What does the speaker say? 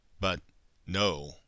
but—no